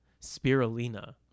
spirulina